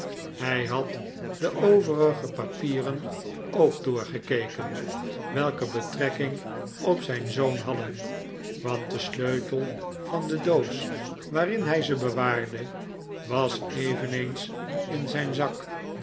hij had de overige papieren ook doorgekeken welke betrekking op zijn zoon hadden want de sleutel van de doos waarin hij ze bewaarde was eveneens in zijn zak